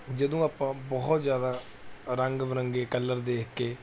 ਜਦੋਂ ਆਪਾਂ ਬਹੁਤ ਜ਼ਿਆਦਾ ਰੰਗ ਬਿਰੰਗੇ ਕਲਰ ਦੇਖ ਕੇ